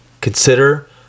consider